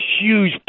huge